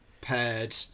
paired